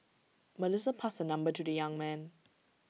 Melissa passed her number to the young man